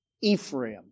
Ephraim